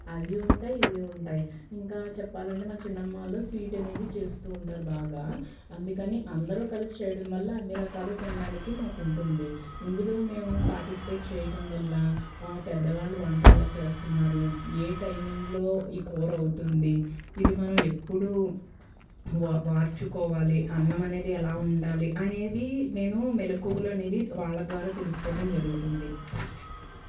అవి ఉంటాయి ఇవి ఉంటాయి ఇంకా చెప్పాలంటే మా చిన్నమ్మ వాళ్ళు స్వీట్ అనేది చేస్తూ ఉంటారు బాగా అందుకని అందరూ కలిసి చేయడం వల్ల అన్ని రకాలు తినడానికి మాకు ఉంటుంది ఇందులో మేము పాటిస్పేట్ చేయటం వల్ల మా పెద్దవాళ్ళు వంట ఎలా చేస్తున్నారు ఏ టైమింగ్లో ఈ కూర అవుతుంది ఇది మనం ఎప్పుడు వా వార్చుకోవాలి అన్నం అనేది ఎలా ఉండాలి అనేది నేను మెలకువలు అనేది వాళ్ల ద్వారా తెలుసుకోవడం జరుగుతుంది